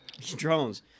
drones